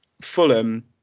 Fulham